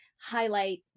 highlight